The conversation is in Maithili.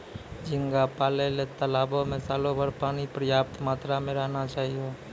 झींगा पालय ल तालाबो में सालोभर पानी पर्याप्त मात्रा में रहना चाहियो